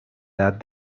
edad